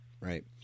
Right